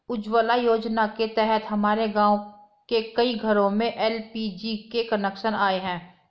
उज्ज्वला योजना के तहत हमारे गाँव के कई घरों में एल.पी.जी के कनेक्शन आए हैं